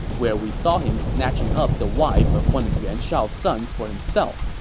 where we saw him snatching up the wife of one of yuan shao's sons for himself.